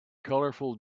colorful